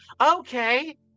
okay